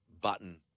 button